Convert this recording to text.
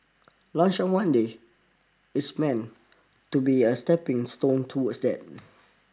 lunch on Monday is meant to be a stepping stone towards that